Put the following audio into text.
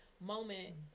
moment